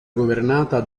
governata